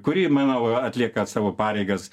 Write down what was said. kuri manau atlieka savo pareigas